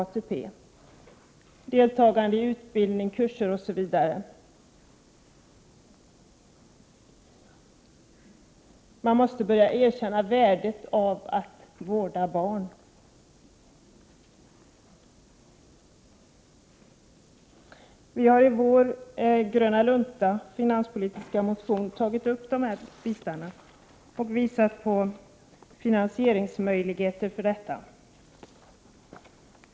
ATP, deltagande i utbildning, kurser osv. Man måste börja erkänna värdet av att vårda barn. Vi har i vår gröna lunta, och i den finanspolitiska motionen, tagit upp de här bitarna och visat på finansieringsmöjligheter.